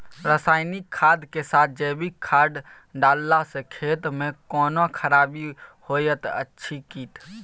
रसायनिक खाद के साथ जैविक खाद डालला सॅ खेत मे कोनो खराबी होयत अछि कीट?